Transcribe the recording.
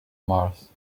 mars